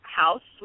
house